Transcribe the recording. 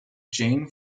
jane